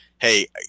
Hey